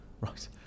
Right